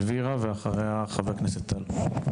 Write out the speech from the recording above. אלוירה, בבקשה.